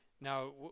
Now